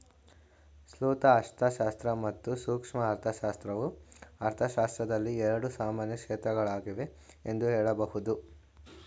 ಸ್ಥೂಲ ಅರ್ಥಶಾಸ್ತ್ರ ಮತ್ತು ಸೂಕ್ಷ್ಮ ಅರ್ಥಶಾಸ್ತ್ರವು ಅರ್ಥಶಾಸ್ತ್ರದಲ್ಲಿ ಎರಡು ಸಾಮಾನ್ಯ ಕ್ಷೇತ್ರಗಳಾಗಿವೆ ಎಂದು ಹೇಳಬಹುದು